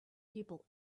people